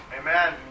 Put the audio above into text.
Amen